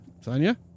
Sonia